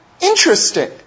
interesting